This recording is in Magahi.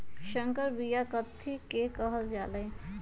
संकर बिया कथि के कहल जा लई?